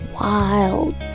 wild